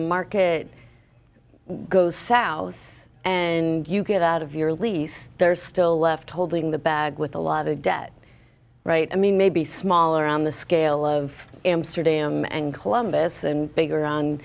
market goes south and you get out of your lease they're still left holding the bag with a lot of debt right i mean maybe smaller on the scale of amsterdam and columbus bigger